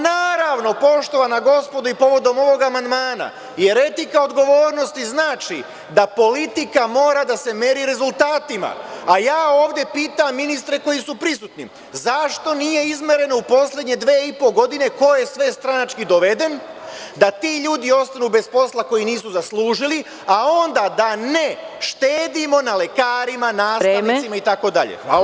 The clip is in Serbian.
Naravno, poštovana gospodo i povodom ovog amandmana jer etika odgovornosti znači da politika mora da se meri rezultatima, a ja ovde pitam ministre koji su prisutni, zašto nije izmereno u poslednje dve i po godine koje sve stranački doveden, da ti ljudi ostanu bez posla koji nisu zaslužili, a onda da ne štedimo na lekarima, nastavnicima, itd.